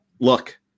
look